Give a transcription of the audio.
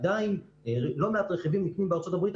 עדיין לא מעט רכיבים נקנים בארצות הברית,